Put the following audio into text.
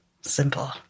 simple